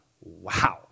wow